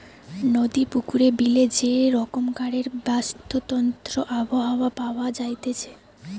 নদী, পুকুরে, বিলে যে রকমকারের বাস্তুতন্ত্র আবহাওয়া পাওয়া যাইতেছে